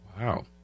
Wow